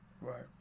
Right